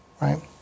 right